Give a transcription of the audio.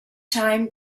time